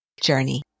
journey